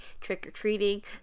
trick-or-treating